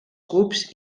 cubs